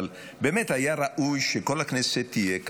אבל באמת היה ראוי שכל הכנסת תהיה כאן,